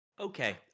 Okay